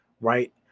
right